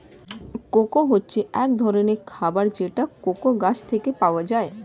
cocoa হচ্ছে এক ধরনের খাবার যেটা কোকো গাছ থেকে পাওয়া যায়